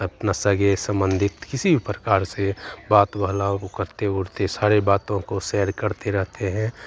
अपना सगे सम्बन्धी किसी भी प्रकार से बात बहलाव वह करते उरते सारी बातों को शेयर करते रहते हैं